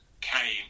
came